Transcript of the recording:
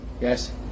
Yes